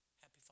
Happy